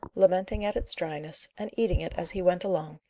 lamenting at its dryness, and eating it as he went along,